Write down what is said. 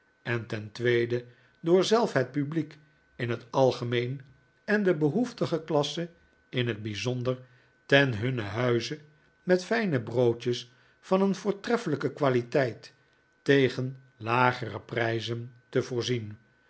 en ten tweede door zelf het publiek in het algemeen en de behoeftige klasse in het bijzonder ten hunnen huize met fijne broodjes van een voortreffelijke qualiteit tegen lagere prijzen te voorzien